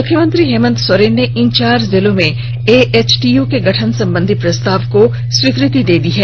मुख्यमंत्री हेमन्त सोरेन ने इन चार जिलों में एएचटीय के गठन संबंधी प्रस्ताव को स्वीकृति दे दी है